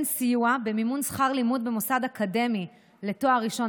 סיוע במימון שכר לימוד במוסד אקדמי לתואר ראשון